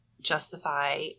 justify